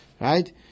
Right